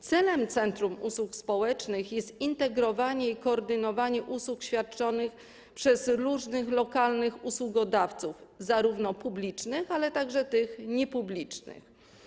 Celem centrum usług społecznych jest integrowanie i koordynowanie usług świadczonych przez różnych lokalnych usługodawców, zarówno publicznych, jak i tych niepublicznych.